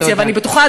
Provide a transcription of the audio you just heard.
ואני בטוחה,